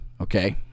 okay